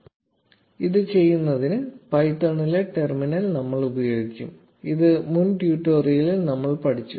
0804 ഇത് ചെയ്യുന്നതിന് പൈത്തണിലെ ടെർമിനൽ നമ്മൾ ഉപയോഗിക്കും ഇത് മുൻ ട്യൂട്ടോറിയലിൽ നമ്മൾ പഠിച്ചു